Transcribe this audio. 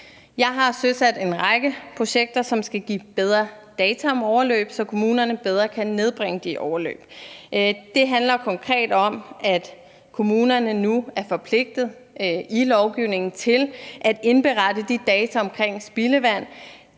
Jeg har søsat en række projekter, som skal give bedre data om overløb, så kommunerne bedre kan nedbringe de overløb. Det handler konkret om, at kommunerne nu er forpligtet i lovgivningen til at indberette de data om spildevand.